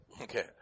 Okay